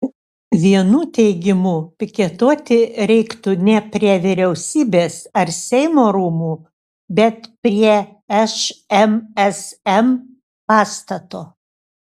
vienų teigimu piketuoti reiktų ne prie vyriausybės ar seimo rūmų bet prie šmsm pastato